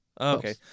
Okay